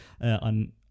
on